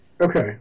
Okay